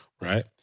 right